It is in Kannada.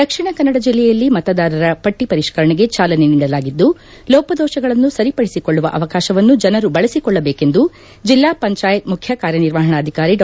ದಕ್ಷಿಣ ಕನ್ನಡ ಜಿಲ್ಲೆಯಲ್ಲಿ ಮತದಾರರ ಪಟ್ಟ ಪರಿಷ್ಕರಣೆಗೆ ಚಾಲನೆ ನೀಡಲಾಗಿದ್ದು ಲೋಪದೋಷಗಳನ್ನು ಸರಿಪಡಿಸಿಕೊಳ್ಳುವ ಅವಕಾಶವನ್ನು ಜನರು ಬಳಸಿಕೊಳ್ಳಬೇಕೆಂದು ಜಿಲ್ಲಾ ಪಂಚಾಯತ್ ಮುಖ್ಯ ಕಾರ್ಯನಿರ್ವಹಣಾಧಿಕಾರಿ ಡಾ